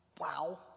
Wow